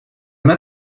mal